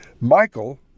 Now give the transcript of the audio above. Michael